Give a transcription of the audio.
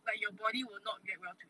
like your body will not react well to it